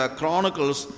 Chronicles